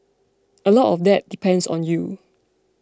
a lot of that depends on you